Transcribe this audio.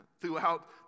throughout